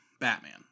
Batman